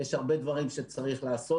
יש הרבה דברים שצריך לעשות.